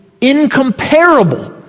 incomparable